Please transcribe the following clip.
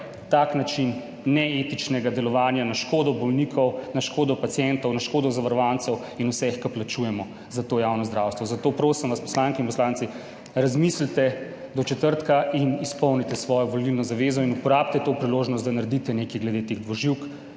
tak način neetičnega delovanja na škodo bolnikov, na škodo pacientov, na škodo zavarovancev in vseh, ki plačujemo za to javno zdravstvo. Zato vas prosim, poslanke in poslanci, razmislite do četrtka in izpolnite svojo volilno zavezo in uporabite to priložnost, da naredite nekaj glede teh dvoživk,